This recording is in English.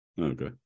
okay